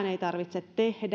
ei tarvitse tehdä